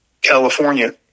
California